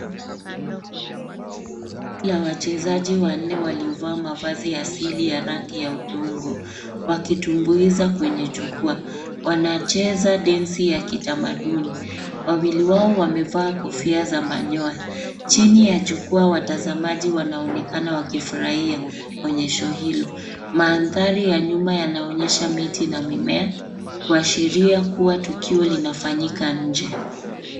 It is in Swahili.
Wachezaji wanne waliovaa mavazi ya asili ya rangi ya udongo wakitumbuiza kwenye jukwaa wanacheza densi ya kitamaduni ,wawili wao wamevaa kofia za manyoa chini ya jukwaa watazamaji wanaonekana wakifurahia onyesho hilo , mandhari ya nyuma yanaonyesha miti na mimea kuashiria kuwa tukio linafanyika nje.